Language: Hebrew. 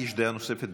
יש דעה נוספת?